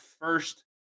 first